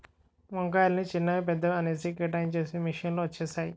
వంకాయలని చిన్నవి పెద్దవి అనేసి కేటాయించేసి మిషన్ లు వచ్చేసాయి